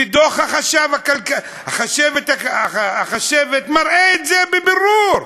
ודוח החשבת מראה את זה בבירור.